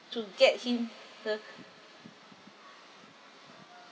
to get him the